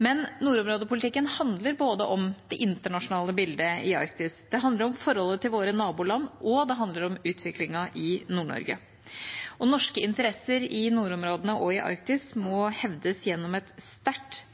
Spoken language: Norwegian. Men nordområdepolitikken handler både om det internasjonale bildet i Arktis, det handler om forholdet til våre naboland, og det handler om utviklingen i Nord-Norge, og norske interesser i nordområdene og i Arktis må hevdes gjennom et sterkt,